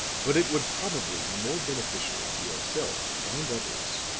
but it would probably be more beneficial to yourself and others,